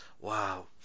wow